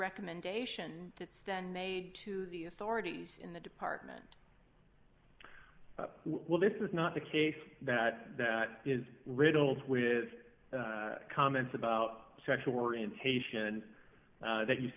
recommendation to stand made to the authorities in the department well this is not the case that that is riddled with comments about sexual orientation that you